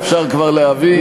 אפשר כבר להביא,